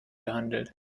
gehandelt